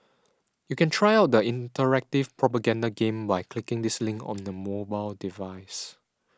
you can try out the interactive propaganda game by clicking this link on a mobile device